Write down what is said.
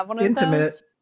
intimate